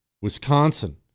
Wisconsin